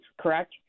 Correct